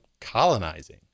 colonizing